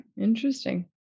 Interesting